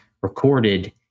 recorded